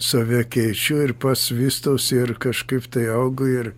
save keičiu ir pats vystausi ir kažkaip tai augu ir